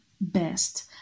best